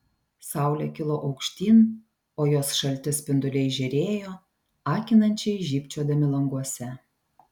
saulė kilo aukštyn o jos šalti spinduliai žėrėjo akinančiai žybčiodami languose